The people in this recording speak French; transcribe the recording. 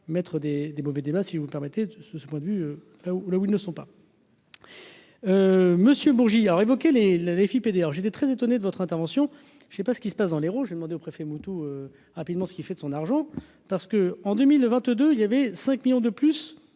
mettre des des bovidés bah si vous permettez, ce ce point de vue là où ils ne sont pas. Monsieur Bourgi alors évoqué les la les FIP et d'ailleurs, j'étais très étonné de votre intervention, je sais pas ce qui se passe dans l'Hérault, j'ai demandé au préfet Moutou rapidement, ce qui fait de son argent parce que, en 2022 il y avait 5 millions de plus